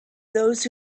those